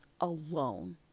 alone